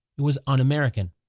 it was un-american.